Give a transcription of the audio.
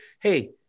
hey